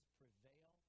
prevail